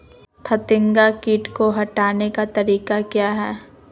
फतिंगा किट को हटाने का तरीका क्या है?